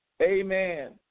Amen